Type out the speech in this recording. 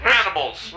animals